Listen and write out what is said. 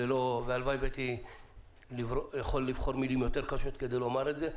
והלוואי והייתי יכול לבחור מילים קשות יותר כדי לומר את זה.